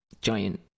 giant